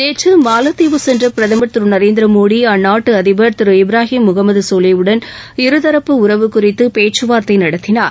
நேற்று மாலத்தீவு சென்ற பிரதமர் திரு நரேந்திர மோடி அந்நாட்டு அதிபர் இப்ராஹிம் முகமது சோலேவுடன் இருதரப்பு உறவு குறித்து பேச்சுவார்த்தை நடத்தினார்